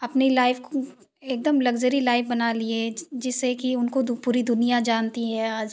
अपनी लाइफ़ एकदम luxury life बना लिए जिससे कि उनको पूरी दुनिया जानती है आज